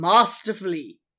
masterfully